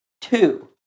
Two